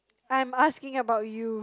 I'm asking about you